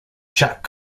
jack